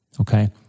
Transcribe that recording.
Okay